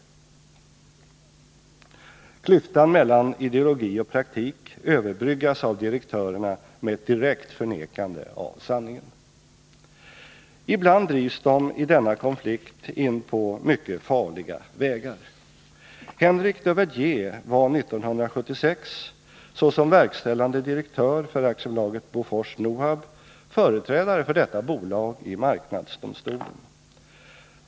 Klyftan mellan ideologi och praktik överbryggas av direktörerna med ett direkt förnekande av sanningen. Ibland drivs de i denna konflikt in på mycket farliga vägar. Henrik de Verdier var 1976 såsom verkställande direktör för AB Bofors-Nohab företrädare för detta bolag i marknadsdomstolen.